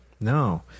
No